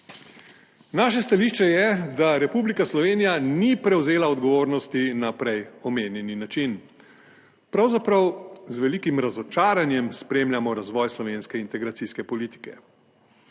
Naše stališče je, da Republika Slovenija ni prevzela odgovornosti na prej omenjeni način, pravzaprav z velikim razočaranjem spremljamo razvoj slovenske integracijske politike.